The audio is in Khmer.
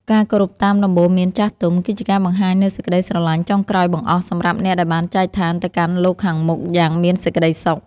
ការគោរពតាមដំបូន្មានចាស់ទុំ គឺជាការបង្ហាញនូវសេចក្តីស្រឡាញ់ចុងក្រោយបង្អស់សម្រាប់អ្នកដែលបានចែកឋានទៅកាន់លោកខាងមុខយ៉ាងមានសេចក្តីសុខ។